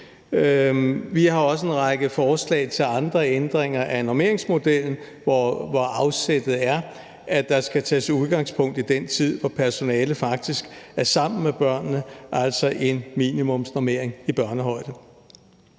Vi har også en række forslag til andre ændringer af normeringsmodellen, hvor afsættet er, at der skal tages udgangspunkt i den tid, hvor personalet faktisk er sammen med børnene, altså en minimumsnormering i børnehøjde.